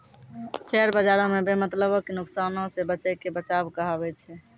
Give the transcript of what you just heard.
share बजारो मे बेमतलबो के नुकसानो से बचैये के बचाव कहाबै छै